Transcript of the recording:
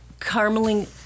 carameling